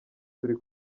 turi